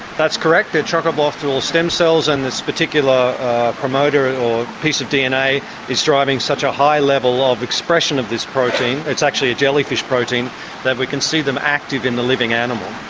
that's correct. they're chock-a-block full of stem cells and this particular promoter or piece of dna is driving such a high level ah of expression of this protein it's actually a jellyfish protein that we can see them active in the living animal.